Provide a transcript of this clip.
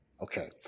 Okay